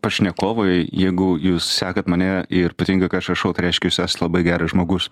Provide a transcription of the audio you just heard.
pašnekovui jeigu jūs sekat mane ir patinka ką aš rašau tai reiškia jūs esat labai geras žmogus